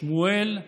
שמואל,